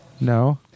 No